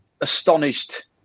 astonished